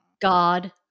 God